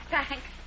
Thanks